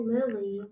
Lily